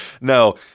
No